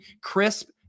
crisp